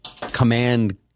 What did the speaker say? command